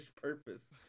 purpose